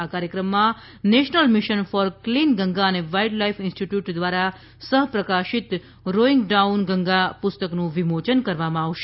આ કાર્યક્રમમાં national mission for clean Ganga અને વાઇલ્ડ લાઇફ ઇન્સ્ટિટયૂટ દ્વારા સહ પ્રકાશિત રોંઈંગ ડાઉન ગંગા પુસ્તકનું વિમોચન કરવામાં આવશે